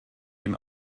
dem